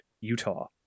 Utah